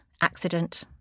accident